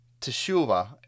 teshuva